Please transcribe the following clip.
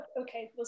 okay